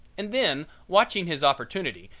and then, watching his opportunity,